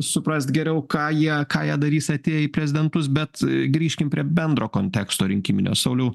suprast geriau ką jie ką jie darys atėję į prezidentus bet grįžkim prie bendro konteksto rinkiminio sauliau